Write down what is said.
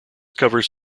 covers